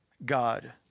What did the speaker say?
God